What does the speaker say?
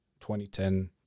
2010